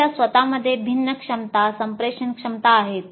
त्यांच्या स्वत मध्ये भिन्न क्षमता आणि संप्रेषण क्षमता आहेत